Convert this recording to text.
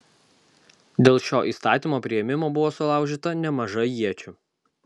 dėl šio įstatymo priėmimo buvo sulaužyta nemaža iečių